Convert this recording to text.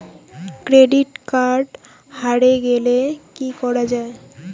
Credit card হারে গেলে কি করা য়ায়?